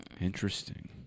Interesting